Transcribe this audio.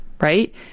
Right